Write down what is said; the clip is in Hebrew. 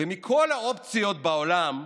מכל האופציות בעולם,